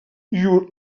llur